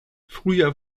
früher